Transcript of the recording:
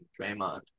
Draymond